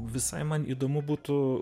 visai man įdomu būtų